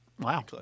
Wow